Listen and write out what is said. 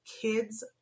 Kids